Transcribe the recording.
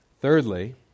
Thirdly